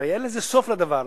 הרי אין לזה סוף, לדבר.